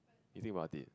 you think about it